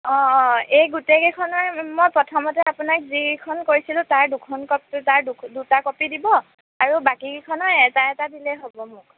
অঁ অঁ এই গোটেইকেইখনৰে মই প্ৰথমতে আপোনাক যিকেইখন কৈছিলোঁ তাৰ দুখন কপি তাৰ দুটা কপি দিব আৰু বাকী কেইখনৰ এটা এটা দিলেই হ'ব মোক